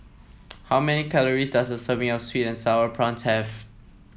how many calories does a serving of sweet and sour prawns have